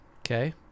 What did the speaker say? okay